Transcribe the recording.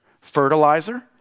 fertilizer